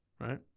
right